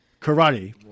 karate